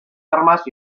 armas